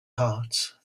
heart